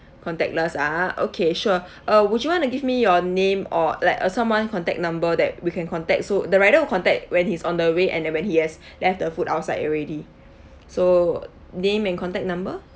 contactless ah okay sure uh would you wanna give me your name or like uh someone contact number that we can contact so the rider will contact when he's on the way and then when he has left the food outside already so name and contact number